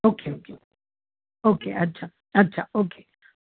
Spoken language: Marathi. ओके ओके ओके अच्छा अच्छा ओके